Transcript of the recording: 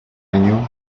año